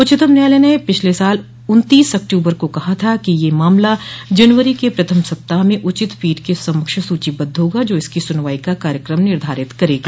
उच्चतम न्यायालय ने पिछले साल उन्तीस अक्टूबर को कहा था कि यह मामला जनवरी के प्रथम सप्ताह में उचित पीठ के समक्ष सूचीबद्व होगा जो इसकी सुनवाई का कार्यकम निर्धारित करेगी